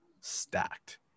stacked